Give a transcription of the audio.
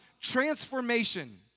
transformation